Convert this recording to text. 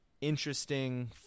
interesting